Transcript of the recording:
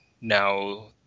now